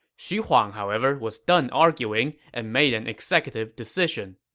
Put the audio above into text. xu huang, however, was done arguing and made an executive decision.